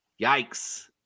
yikes